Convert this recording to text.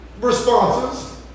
responses